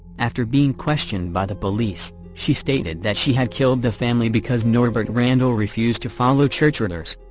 after being questioned by the police, she stated that she had killed the family because norbert randall refused to follow church orders.